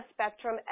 spectrum